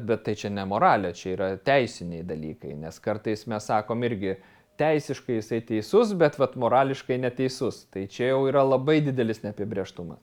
bet tai čia ne moralė čia yra teisiniai dalykai nes kartais mes sakom irgi teisiškai jisai teisus bet vat morališkai neteisus tai čia jau yra labai didelis neapibrėžtumas